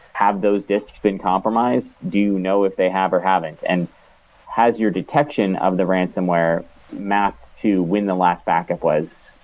have those discs been compromised? do you know if they have or haven't? and has your detection of the ransonware map to when the last backup was?